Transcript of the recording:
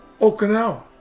Okinawa